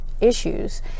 issues